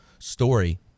story